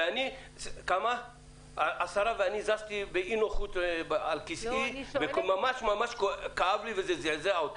ואני זזתי באי נוחות על כיסאי וממש ממש כאב לי וזה זעזע אותי.